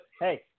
hey